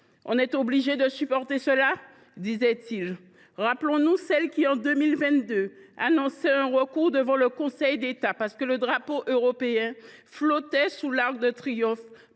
« On est obligés de supporter cela… », disait il ! Rappelons nous celle qui, en 2022, annonçait un recours devant le Conseil d’État parce que le drapeau européen flottait sous l’Arc de Triomphe,